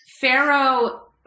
Pharaoh